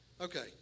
Okay